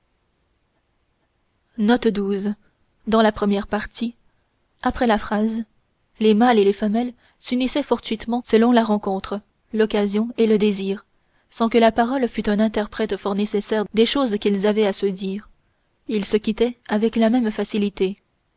les mâles et les femelles s'unissaient fortuitement selon la rencontre l'occasion et le désir sans que la parole fût un interprète fort nécessaire des choses qu'ils avaient à se dire ils se quittaient avec la même facilité